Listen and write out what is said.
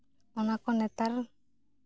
ᱚᱱᱟ ᱠᱚ ᱱᱮᱛᱟᱨ